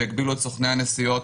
שהגבילו את סוכני הנסיעות.